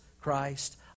Christ